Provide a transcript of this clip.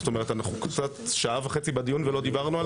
זאת אומרת אנחנו קצת שעה וחצי בדיון ולא דיברנו על זה.